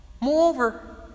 Moreover